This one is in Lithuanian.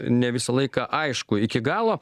ne visą laiką aišku iki galo